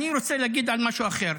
אני רוצה להגיד משהו אחר: